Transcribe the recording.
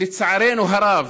לצערנו הרב,